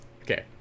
okay